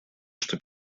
что